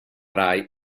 rai